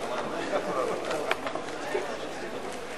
גברתי ואדוני השר,